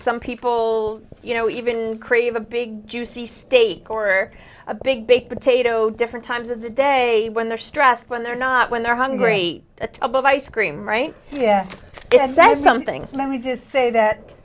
some people you know even crave a big juicy steak or a big baked potato different times of the day when they're stressed when they're not when they're hungry a tub of ice cream yeah it says something about me to say that